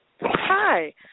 Hi